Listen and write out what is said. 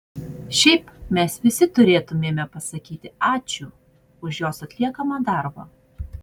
šiaip mes visi turėtumėme pasakyti ačiū už jos atliekamą darbą